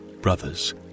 Brothers